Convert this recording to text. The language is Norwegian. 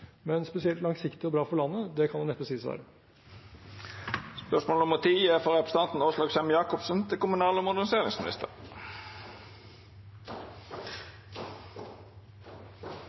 men spesielt langsiktig og bra for landet kan det neppe sies